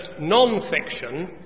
non-fiction